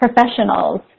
professionals